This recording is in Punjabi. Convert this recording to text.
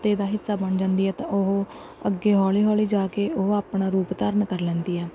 ਕਿੱਤੇ ਦਾ ਹਿੱਸਾ ਬਣ ਜਾਂਦੀ ਹੈ ਤਾਂ ਉਹ ਅੱਗੇ ਹੌਲੀ ਹੌਲੀ ਜਾ ਕੇ ਉਹ ਆਪਣਾ ਰੂਪ ਧਾਰਨ ਕਰ ਲੈਂਦੀ ਆ